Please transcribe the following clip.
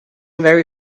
very